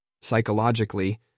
Psychologically